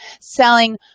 selling